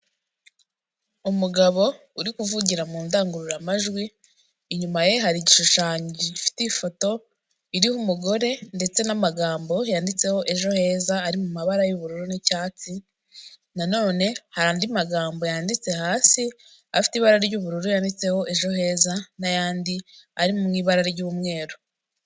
Umugabo uri kuvugira mu ndangururamajwi inyuma ye hari igishushanyo gifite iyi ifoto iriho umugore ndetse n'amagambo yanditseho ejo heza ari mu mabara y'ubururu n'icyatsi, nanone hari andi magambo yanditse hasi afite ibara ry'ubururu yanditseho ejo heza n'ayandi ari mu ibara ry'umweru.